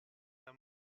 the